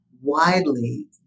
widely